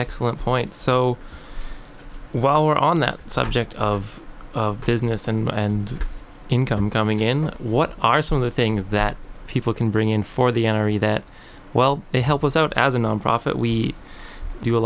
excellent point so while we're on that subject of business and income coming in what are some of the things that people can bring in for the n r a that well they help us out as a nonprofit we do a